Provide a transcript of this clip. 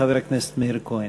חבר הכנסת מאיר כהן.